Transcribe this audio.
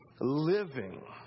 living